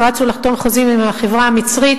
רצו לחתום על חוזים עם החברה המצרית.